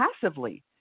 passively